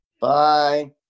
Bye